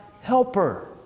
helper